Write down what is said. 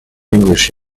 english